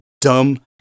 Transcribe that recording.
dumb